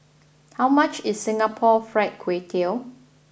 how much is Singapore Fried Kway Tiao